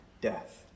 death